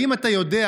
האם אתה יודע,